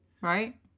Right